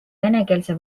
venekeelse